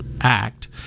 act